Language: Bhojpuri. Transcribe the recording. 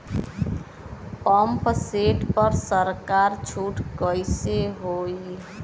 पंप सेट पर सरकार छूट कईसे होई?